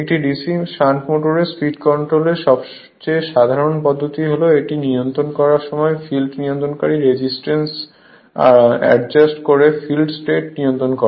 একটি DC shunt মোটরের speed কন্ট্রোলের সবচেয়ে সাধারণ পদ্ধতি হল এটি নিয়ন্ত্রণ করার সময় ফিল্ড নিয়ন্ত্রণকারী রেজিস্ট্যান্স অ্যাডজাস্ট করে ফিল্ড স্ট্রেন্থ নিয়ন্ত্রন করা